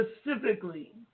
specifically